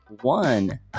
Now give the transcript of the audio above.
one